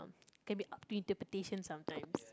can be sometimes